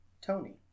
Tony